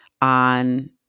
on